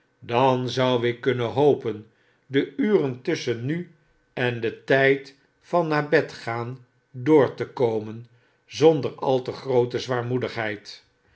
dan zou ik kupnen hopen de uren tusschen nu en den tijd van naar bed gaan door te komen zonder al te groote zwaarmoedigheid